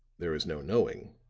there is no knowing.